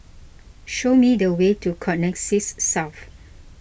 show me the way to Connexis South